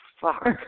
fuck